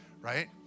right